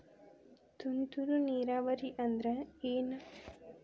ತುಂತುರು ನೇರಾವರಿ ಅಂದ್ರ ಏನ್?